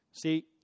See